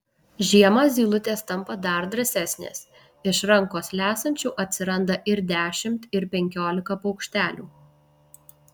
žiemą zylutės tampa dar drąsesnės iš rankos lesančių atsiranda ir dešimt ir penkiolika paukštelių